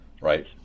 Right